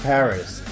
Paris